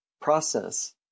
process